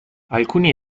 alcuni